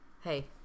hey